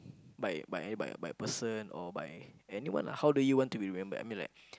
by by by by person or by anyone lah how do you want to be remembered I mean like